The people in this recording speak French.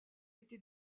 été